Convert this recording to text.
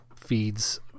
feeds